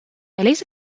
أليس